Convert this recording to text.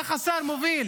איך השר מוביל